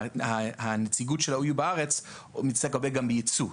הנציגות של ה-OU בארץ מתעסקת הרבה גם ביצוא.